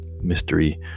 mystery